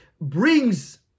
brings